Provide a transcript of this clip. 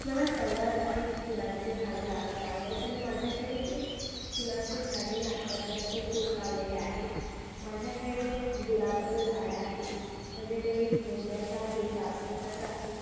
मला सर्वात आधी फुलांचे झाडं लावायला आवडेल आणि माझ्याकडे ती फुलांचे झाडे मी आत्तापर्यंत खूप लावलेले आहेत माझ्याकडे गुलाबाचं झाड आहे माझ्याकडे मोगऱ्याचं आहे जास्वंदाचं आहे